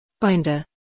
Binder